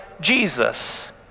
Jesus